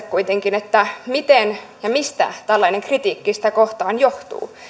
kuitenkin itseensä miten ja mistä tällainen kritiikki sitä kohtaan johtuu